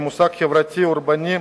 כמושג חברתי אורבני,